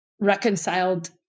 reconciled